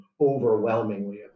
overwhelmingly